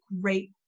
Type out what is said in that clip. great